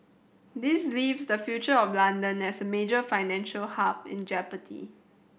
this leaves the future of London as a major financial hub in Jeopardy